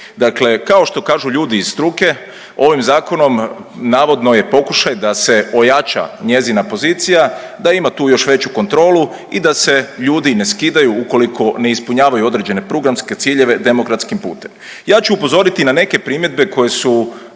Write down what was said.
Dakle, kao što kažu ljudi iz struke ovim zakonom navodno je pokušaj da se ojača njezina pozicija, da ima tu još veću kontrolu i da se ljudi ne skidaju ukoliko ne ispunjavaju određene programske ciljeve demokratskim putem. Ja ću upozoriti na neke primjedbe koje su